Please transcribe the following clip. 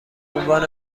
عنوان